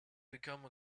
become